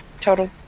total